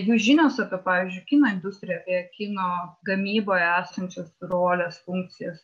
jų žinios apie pavyzdžiui kino industriją apie kino gamyboje esančias roles funkcijas